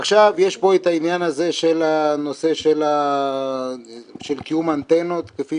עכשיו יש פה את העניין הזה של הנושא של קיום האנטנות כפי